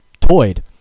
toyed